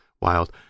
wild